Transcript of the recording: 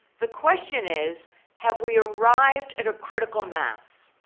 the question is have we arrived at a critical mass?